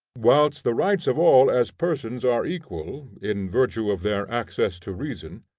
whilst the rights of all as persons are equal, in virtue of their access to reason,